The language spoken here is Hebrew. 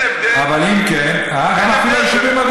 אתם התרגלתם לשנוא אותנו, אייכלר.